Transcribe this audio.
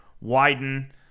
widen